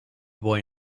boy